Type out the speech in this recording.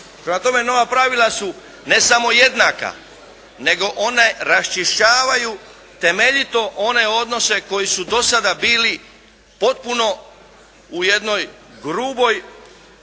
tome nova pravila su ne samo jednaka nego ona raščišćavaju temeljito one odnose koji su do sada bili potpuno u jednoj gruboj